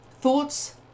Thoughts